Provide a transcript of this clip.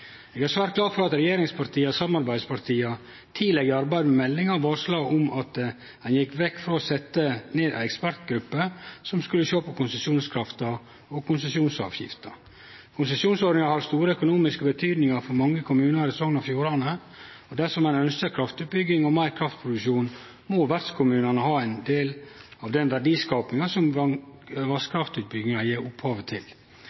Eg er svært glad for at regjeringspartia og samarbeidspartia tidleg i arbeidet med meldinga varsla om at ein gjekk vekk frå å setje ned ei ekspertgruppe som skulle sjå på konsesjonskrafta og konsesjonsavgifta. Konsesjonsordninga har stor økonomisk betyding for mange kommunar i Sogn og Fjordane, og dersom ein ønskjer kraftutbygging og meir kraftproduksjon, må vertskommunane ha ein del av den verdiskapinga som vasskraftutbygginga er opphavet til.